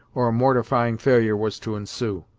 or a mortifying failure was to ensue.